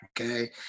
Okay